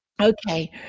Okay